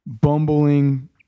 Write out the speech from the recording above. Bumbling